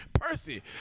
Percy